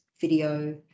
video